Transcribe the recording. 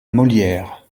molières